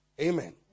Amen